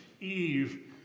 Eve